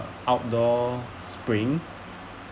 outdoor spring